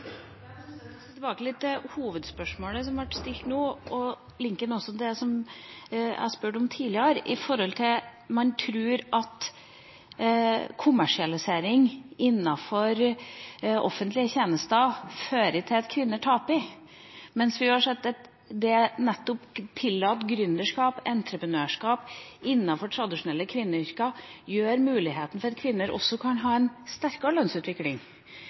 til oppfølgingsspørsmål. Jeg skal tilbake til hovedspørsmålet som ble stilt, og linke det til det jeg spurte om tidligere, om man tror at kommersialisering innenfor offentlige tjenester fører til at kvinner taper. Vi har sett at det å tillate gründerskap, entreprenørskap, innenfor tradisjonelle kvinneyrker gir en mulighet til at kvinner kan ha en sterkere lønnsutvikling.